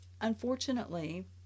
unfortunately